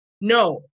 No